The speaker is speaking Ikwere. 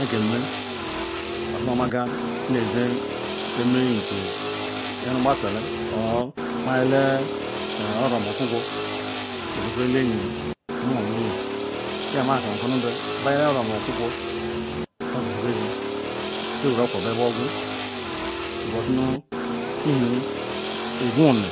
nhe kam eme ozimaooga ezi eme-enyi ka aru gbazali or meyele oro omu okwukwo isu kwuru ele-enyim nwema enyi yama kama ko nube beyala nu oro-omuokwukwo ozoi hen bezi beqweru okwukwu be beqwu because ihenu eqwu ne